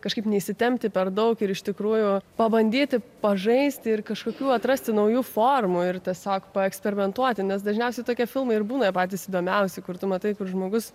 kažkaip neįsitempti per daug ir iš tikrųjų pabandyti pažaisti ir kažkokių atrasti naujų formų ir tiesiog paeksperimentuoti nes dažniausiai tokie filmai ir būna patys įdomiausi kur tu matai kur žmogus